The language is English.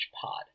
pod